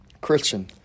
Christian